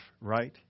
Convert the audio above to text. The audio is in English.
right